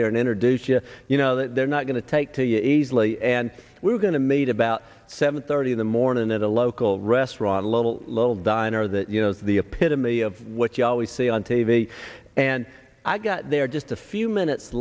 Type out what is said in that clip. there and introduce you you know they're not going to take to easily and we're going to made about seven thirty in the morning at a local restaurant a little little diner that you know is the epitome of what you always see on t v and i got there just a few minutes